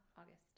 August